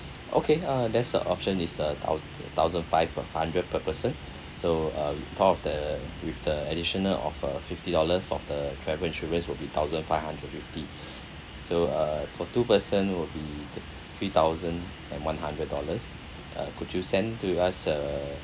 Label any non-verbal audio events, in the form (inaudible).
okay uh that's uh option is a thousand thousand five per hundred per person (breath) so uh top up of the with the additional of a fifty dollars of the travel insurance will be thousand five hundred fifty (breath) so uh for two person will be three thousand and one hundred dollars uh could you send to us a